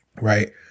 Right